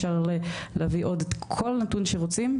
אפשר להביא כל נתון שרוצים,